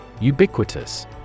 Ubiquitous